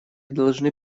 должны